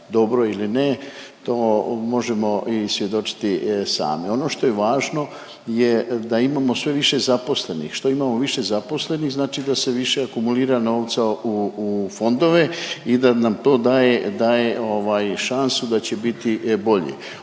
dobro ili ne to možemo i svjedočiti sami. Ono što je važno je da imamo sve više zaposlenih, što imamo više zaposlenih znači da se više akumulira novca u, u fondove i da nam to daje, daje ovaj šansu da će biti bolje.